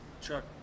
Chuck